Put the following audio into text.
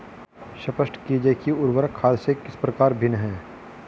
स्पष्ट कीजिए कि उर्वरक खाद से किस प्रकार भिन्न है?